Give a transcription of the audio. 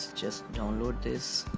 just download this.